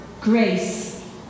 grace